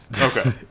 Okay